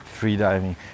freediving